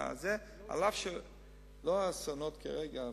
אף שלא האסונות כרגע,